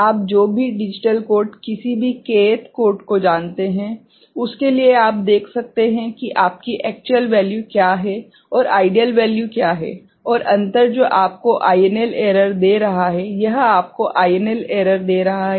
आप जो भी डिजिटल कोड किसी भी k th कोड को जानते हैं उसके लिए आप देख सकते हैं कि आपकी एक्चुअल वैल्यू क्या है और आइडियल वैल्यू क्या है और अंतर जो आपको INL एरर दे रहा है यह आपको INL एरर दे रहा है